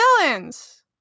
villains